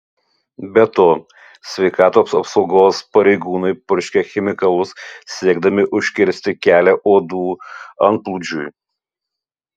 be to sveikatos apsaugos pareigūnai purškia chemikalus siekdami užkirsti kelią uodų antplūdžiui